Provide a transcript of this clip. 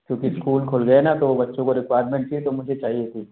क्योंकि इस्कूल खुल गए ना तो वो बच्चों काे रिक्वायरमेंट थी तो मुझे चाहिए थी